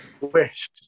wish